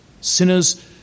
Sinners